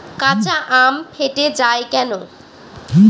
কাঁচা আম ফেটে য়ায় কেন?